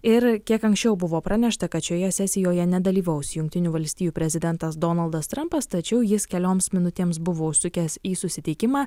ir kiek anksčiau buvo pranešta kad šioje sesijoje nedalyvaus jungtinių valstijų prezidentas donaldas trampas tačiau jis kelioms minutėms buvo užsukęs į susitikimą